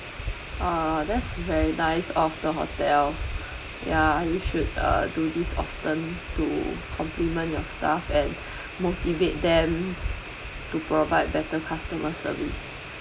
ah that's very nice of the hotel ya you should uh do these often to compliment your staff and motivate them to provide better customer service